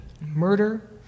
murder